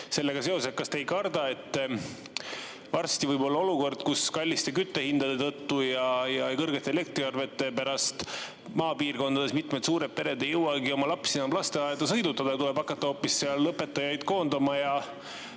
sellega seoses: kas te ei karda, et varsti võib olla olukord, kus kallite küttehindade tõttu ja kõrgete elektriarvete pärast maapiirkondades paljud suured pered ei jõuagi oma lapsi enam lasteaeda sõidutada? Tuleb hakata seal hoopis õpetajaid koondama,